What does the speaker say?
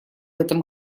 этом